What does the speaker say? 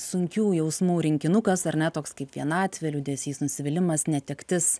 sunkių jausmų rinkinukas ar ne toks kaip vienatvė liūdesys nusivylimas netektis